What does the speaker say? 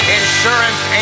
insurance